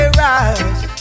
rise